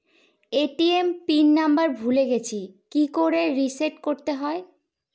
ATM pin number ভুলে গেছি কি করে রিসেট করতে হয়?